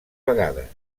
vegades